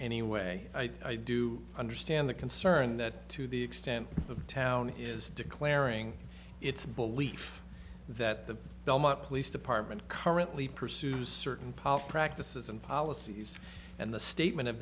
any way i do understand the concern that to the extent of the town is declaring its belief that the belmont police department currently pursue certain powers practices and policies and the statement of